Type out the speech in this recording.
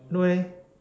no